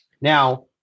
now